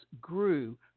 grew